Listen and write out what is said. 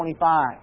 25